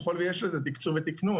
כל עוד יש לזה תקצוב ותקנון,